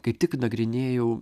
kaip tik nagrinėjau